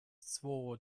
zwo